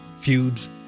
Feuds